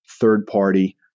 third-party